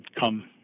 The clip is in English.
come